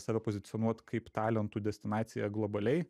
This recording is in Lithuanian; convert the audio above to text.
save pozicionuot kaip talentų destinacija globaliai